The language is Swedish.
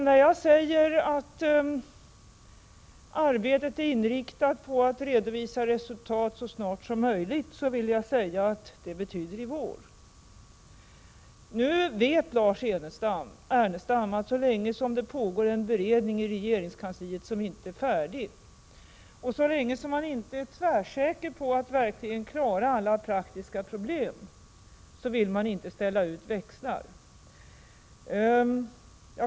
När jag säger att arbetet är inriktat på att vi skall kunna redovisa resultat så snart som möjligt, vill jag säga att det betyder i vår. Nu vet Lars Ernestam att så länge det pågår en beredning i regeringskansliet som inte är färdig och så länge man inte är tvärsäker på att man verkligen kan klara alla praktiska problem, vill man inte ställa ut växlar.